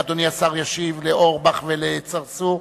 אדוני השר ישיב לאורבך ולצרצור.